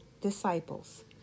disciples